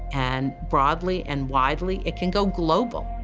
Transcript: and broadly, and widely. it can go global.